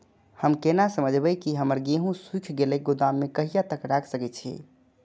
हम केना समझबे की हमर गेहूं सुख गले गोदाम में कहिया तक रख सके छिये?